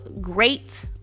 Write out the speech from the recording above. great